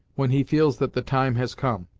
when he feels that the time has come.